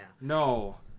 No